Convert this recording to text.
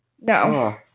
No